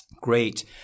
Great